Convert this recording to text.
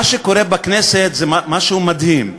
מה שקורה בכנסת זה משהו מדהים.